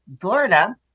Florida